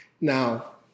Now